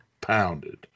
pounded